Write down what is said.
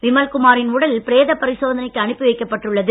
விமல் குமாரின் உடல் பிரேத பரிசோதனைக்கு அனுப்பி வைக்கப்பட்டுள்ளது